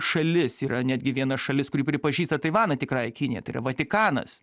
šalis yra netgi viena šalis kuri pripažįsta taivaną tikrąja kinija tai yra vatikanas